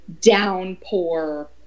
downpour